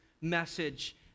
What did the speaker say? message